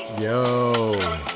Yo